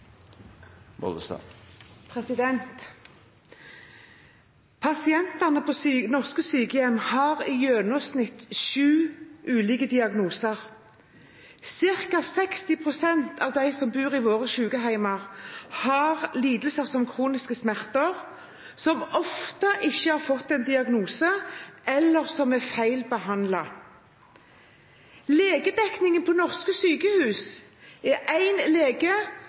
Pasientene på norske sykehjem har i gjennomsnitt sju ulike diagnoser. Cirka 60 pst. av dem som bor i våre sykehjem, har lidelser som kroniske smerter – som ofte ikke har fått en diagnose, eller som er feilbehandlet. Legedekningen på norske sykehus er 1 lege